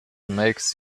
makes